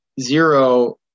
zero